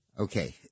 Okay